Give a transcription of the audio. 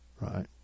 right